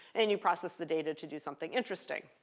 and you process the data to do something interesting.